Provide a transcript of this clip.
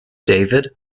david